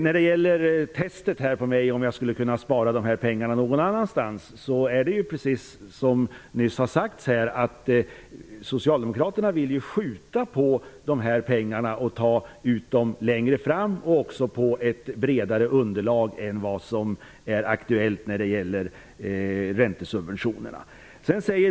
När det gäller testet av om jag skulle kunna spara dessa pengar någon annanstans är det som nyss har sagts här: Socialdemokraterna vill ta ut dessa besparingar längre fram och på ett bredare underlag än vad som är aktuellt med räntesubventionerna.